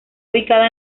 ubicada